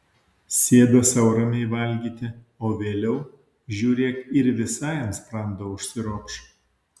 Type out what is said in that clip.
sėda sau ramiai valgyti o vėliau žiūrėk ir visai ant sprando užsiropš